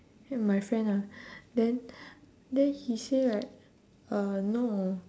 and my friend ah then then he say right uh no